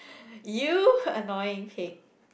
you annoying okay